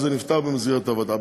וזה נפתר במסגרת הוועדה.